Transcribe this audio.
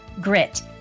Grit